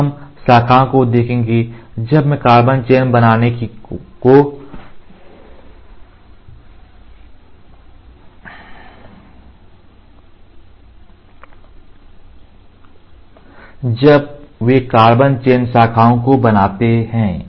कि हम शाखाओं को देखेंगे जब वे कार्बन चैन शाखाओं को बनाते हैं